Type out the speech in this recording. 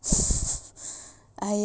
!aiya!